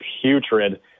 putrid